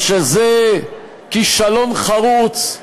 או שזה כישלון חרוץ,